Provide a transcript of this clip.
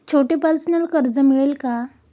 छोटे पर्सनल कर्ज मिळेल का?